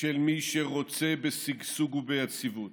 של מי שרוצה בשגשוג וביציבות.